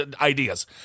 ideas